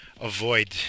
avoid